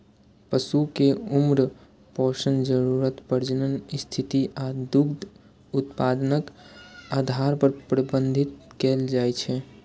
पशु कें उम्र, पोषण जरूरत, प्रजनन स्थिति आ दूध उत्पादनक आधार पर प्रबंधित कैल जाइ छै